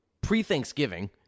pre-Thanksgiving